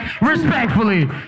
Respectfully